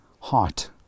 heart